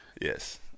yes